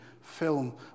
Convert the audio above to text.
film